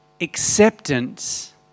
acceptance